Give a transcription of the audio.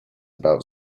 about